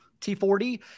t40